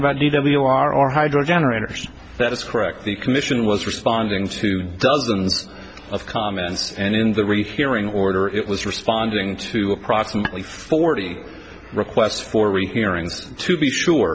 about g w are hydro generators that's correct the commission was responding to dozens of comments and in the rehearing order it was responding to approximately forty requests for rehearing to be sure